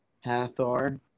Hathor